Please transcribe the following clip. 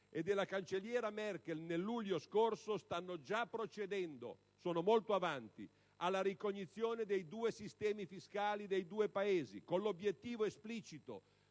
e della cancelliera Merkel del luglio scorso, stanno già procedendo - sono molto avanti - alla ricognizione dei rispettivi sistemi fiscali, con l'obiettivo esplicito